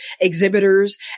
exhibitors